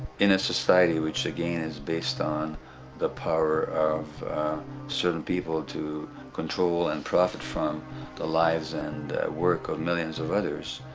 in the society, which again is based on the power of certain people to control and profit from the lives and work of millions of others,